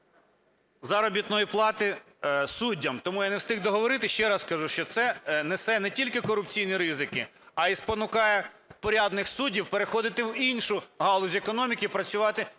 заробітної плати суддям. Тому я не встиг договорити. Ще розкажу, що це несе не тільки корупційні ризики, а і спонукає порядних суддів переходити в іншу галузь економіки, працювати